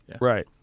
Right